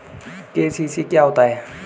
KCC क्या होता है?